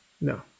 No